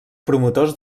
promotors